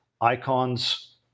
icons